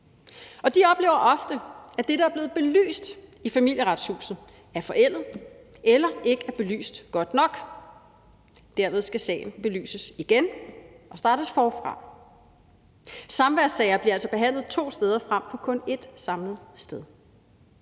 oplever ofte, at det, der er blevet belyst i Familieretshuset, er forældet eller ikke er belyst godt nok. Dermed skal sagen belyses igen og startes forfra. Samværssager bliver altså behandlet to steder frem for kun ét samlet sted.